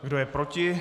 Kdo je proti?